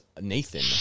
Nathan